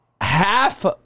half